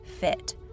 fit